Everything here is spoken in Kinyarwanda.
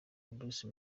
bruce